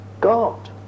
God